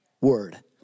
word